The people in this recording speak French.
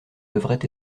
devrait